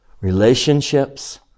Relationships